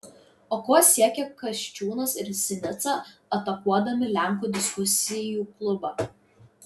o kuo siekia kasčiūnas ir sinica atakuodami lenkų diskusijų klubą